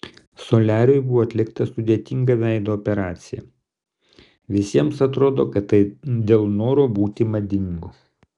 soliariui buvo atlikta sudėtinga veido operacija visiems atrodo kad tai dėl noro būti madingu